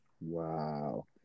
Wow